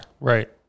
Right